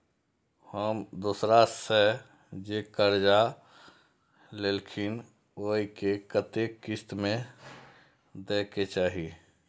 हम दोसरा से जे कर्जा लेलखिन वे के कतेक किस्त में दे के चाही?